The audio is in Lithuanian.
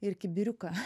ir kibiriuką